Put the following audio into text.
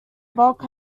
bulk